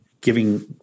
giving